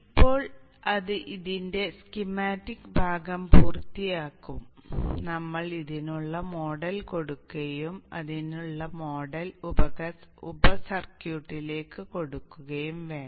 ഇപ്പോൾ ഇത് അതിന്റെ സ്കീമാറ്റിക് ഭാഗം പൂർത്തിയാക്കുംനമ്മൾ ഇതിനുള്ള മോഡൽ കൊടുക്കുകയും ഇതിനുള്ള മോഡൽ ഉപ സർക്യൂട്ടിലേക്ക് കൊടുക്കുകയും വേണം